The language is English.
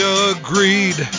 agreed